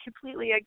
completely